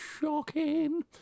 shocking